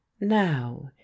now